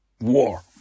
war